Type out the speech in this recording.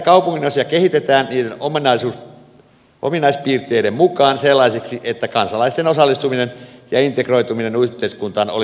näitä kaupunginosia kehitetään niiden ominaispiirteiden mukaan sellaisiksi että kansalaisten osallistuminen ja integroituminen yhteiskuntaan olisi tehokkaampaa